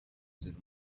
than